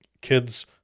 kids